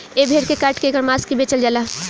ए भेड़ के काट के ऐकर मांस के बेचल जाला